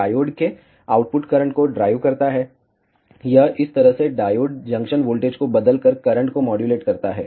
diode के output current को drive करता है यह इस तरह से डायोड जंक्शन वोल्टेज को बदलकर करंट को मॉड्यूलेट करता है